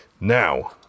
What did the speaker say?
now